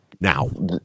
now